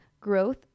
growth